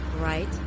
right